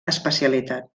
especialitat